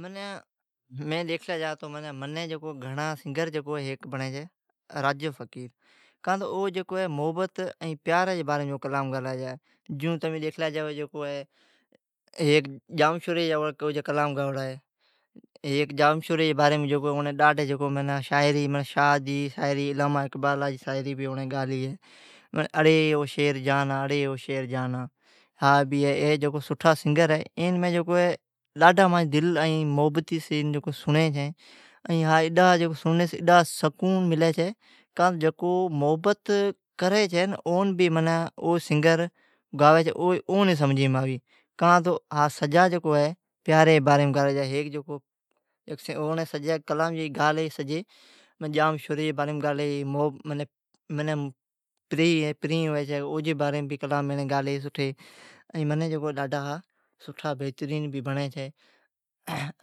منیں میں ڈیکھلی جا تو منین گھنڑا سنگر جکو ای ھیک بنڑی چھی"رجب فقیر"۔ کاں تو او جکو ای محبت ایں پیارا جی باریم گاوی۔ جوں تمین ڈیکھلی جا ھیک جامشوری جی باریم کلام گائوڑا ھی جام شوری جی باریم۔ "شاھ جی شاعری، علاما اقبالا جی شاعری"گالی ہی۔ "اڑی او شھر جانا، اڑی او شھر جانا" ھا بھی ھی۔ ای سنگر دل ایں محبتی سوں سنڑی چھیں۔ ھا سنڑنی سوں سکون ملی چھی۔ جکو محبت کری چھی او سنگر گاوی چھی۔ اون سمجھیم آوی۔ کان تو سجا پیا جی باریم گاوی چھی، اونڑی کلام گالی سجی۔ جامشوری جی باریم گالی ھی۔ پریں جی باریم گالی ھی۔ گالی ھی سٹھی، منی ھا بھترین لاگی۔ بنڑی چھی